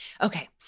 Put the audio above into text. Okay